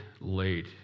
late